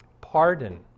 Pardon